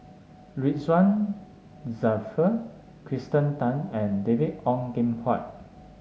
Ridzwan Dzafir Kirsten Tan and David Ong Kim Huat